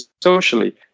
socially